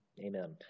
Amen